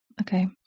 okay